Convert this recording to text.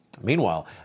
Meanwhile